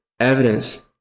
evidence